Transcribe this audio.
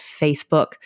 Facebook